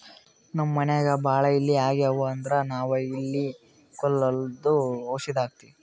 ನಮ್ಮ್ ಮನ್ಯಾಗ್ ಭಾಳ್ ಇಲಿ ಆಗಿವು ಅಂದ್ರ ನಾವ್ ಇಲಿ ಕೊಲ್ಲದು ಔಷಧ್ ಹಾಕ್ತಿವಿ